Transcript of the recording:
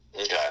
Okay